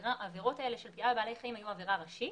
עבירות פגיעה בבעלי חיים היו עבירה ראשית.